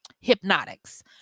hypnotics